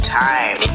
time